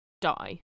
die